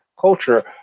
culture